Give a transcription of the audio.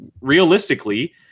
Realistically